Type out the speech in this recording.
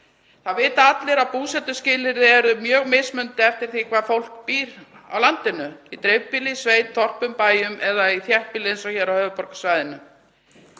Það vita allir að búsetuskilyrði eru mjög mismunandi eftir því hvar fólk býr á landinu; í dreifbýli, sveit þorpum, bæjum eða í þéttbýli eins og hér á höfuðborgarsvæðinu.